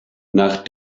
nach